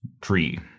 tree